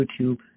YouTube